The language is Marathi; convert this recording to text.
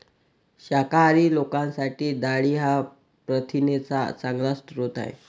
शाकाहारी लोकांसाठी डाळी हा प्रथिनांचा चांगला स्रोत आहे